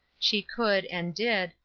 she could, and did,